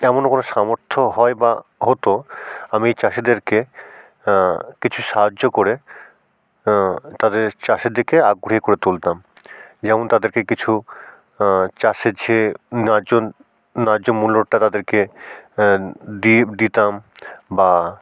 তেমনও কোনো সামর্থ্য হয় বা হতো আমি চাষিদেরকে কিছু সাহায্য করে তাদের চাষের দিকে আগ্রহী করে তুলতাম যেমন তাদেরকে কিছু চাষের যে ন্যায্য ন্যায্য মূল্যটা তাদেরকে দিতাম বা